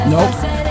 Nope